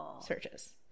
searches